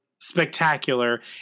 spectacular